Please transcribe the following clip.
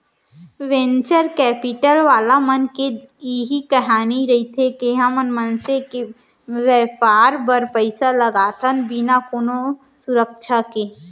venture capital वाला मन के इही कहिना रहिथे के हमन मनसे के बेपार बर पइसा लगाथन बिना कोनो सुरक्छा के